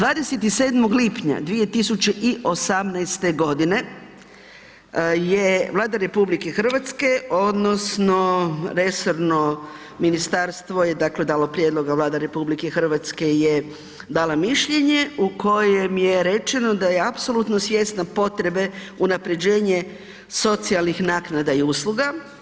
27. lipnja 2018. godine je Vlada RH odnosno resorno ministarstvo je dakle dalo prijedlog a Vlada RH je dala mišljenje u kojem je mišljenje da je apsolutno svjesna potrebe unapređenje socijalnih naknada i usluga.